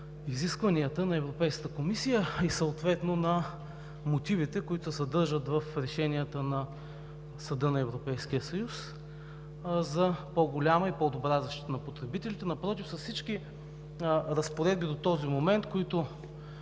изискванията на Европейската комисия и съответно на мотивите, които се съдържат в решенията на Съда на Европейския съюз, за по-голяма и по-добра защита на потребителите. Напротив, с всички разпоредби до този момент,